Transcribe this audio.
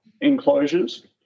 enclosures